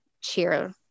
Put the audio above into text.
cheer